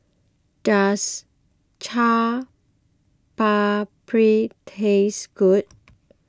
does Chaat Papri taste good